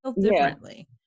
differently